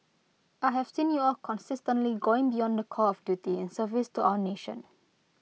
I have seen you all consistently going beyond the call of duty service to our nation